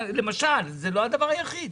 למשל, זה לא הדבר היחיד.